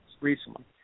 recently